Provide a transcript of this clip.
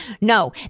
No